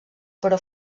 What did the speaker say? però